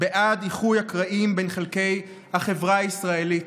בעד איחוי הקרעים בין חלקי החברה בישראל,